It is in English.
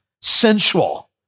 sensual